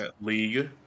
League